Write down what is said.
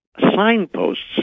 signposts